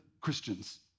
Christians